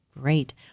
Great